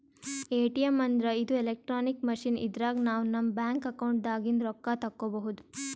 ATM ಅಂದ್ರ ಇದು electronic machine ಇದ್ರಾಗ್ ನಾವ್ ನಮ್ ಬ್ಯಾಂಕ್ ಅಕೌಂಟ್ ದಾಗಿಂದ್ ರೊಕ್ಕ ತಕ್ಕೋಬಹುದ್